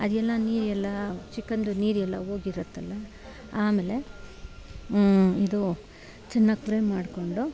ಅದೆಲ್ಲ ನೀರೆಲ್ಲ ಚಿಕನ್ದು ನೀರೆಲ್ಲ ಹೋಗಿರತ್ತೆಲ್ಲ ಆಮೇಲೆ ಇದು ಚೆನ್ನಾಗಿ ಪ್ರೈ ಮಾಡ್ಕೊಂಡು